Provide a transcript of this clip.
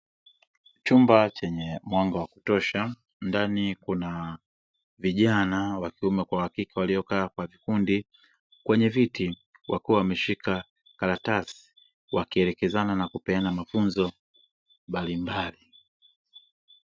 Chumba chenye mwanga wa kutosha ndani kuna vijana wakiume kwa wakike waliokaa kwa vikundi kwenye viti wakiwa wameshika karatasi wakielekezana na kupeana mafunzo mbalimbali.